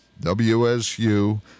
WSU